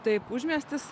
taip užmiestis